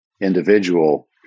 individual